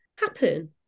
happen